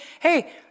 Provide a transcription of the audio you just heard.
hey